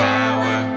Power